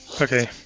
Okay